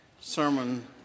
sermon